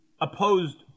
opposed